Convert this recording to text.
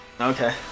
Okay